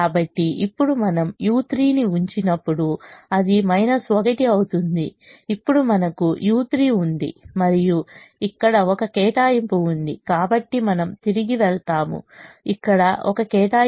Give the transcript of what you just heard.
కాబట్టి ఇప్పుడు మనం u3 ని ఉంచినప్పుడు అది 1 అవుతుంది ఇప్పుడు మనకు u3 ఉంది మరియు ఇక్కడ ఒక కేటాయింపు ఉంది కాబట్టి మనము తిరిగి వెళ్తాము ఇక్కడ ఒక కేటాయింపు ఉంది